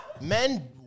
men